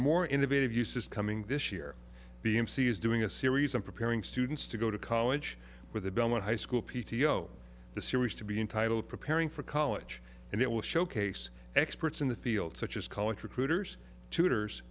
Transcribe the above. more innovative uses coming this year b m c is doing a series on preparing students to go to college with the belmont high school p t o the series to be entitled preparing for college and it will showcase experts in the field such as college recruiters tutors